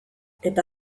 eta